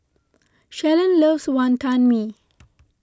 Shalon loves Wantan Mee